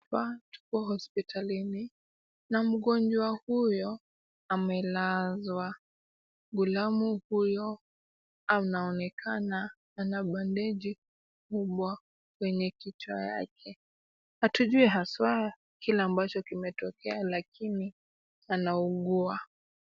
Hapa tuko hospitalini na mgonjwa huyo amelazwa. Ghulamu huyo anaonekana ana bandeji kubwa kwenye kichwa yake. Hatujui haswa kile ambacho kimetokea lakini anaugua.